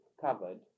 covered